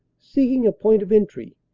seeking a point of entry,